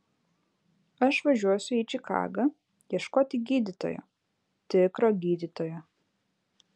aš važiuosiu į čikagą ieškoti gydytojo tikro gydytojo